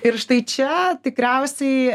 ir štai čia tikriausiai